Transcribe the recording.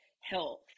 health